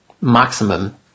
maximum